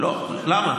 למה?